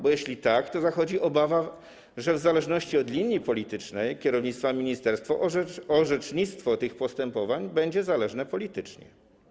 Bo jeśli tak, to zachodzi obawa, że w zależności od linii politycznej kierownictwa ministerstwa orzecznictwo tych postępowań będzie zależne politycznie.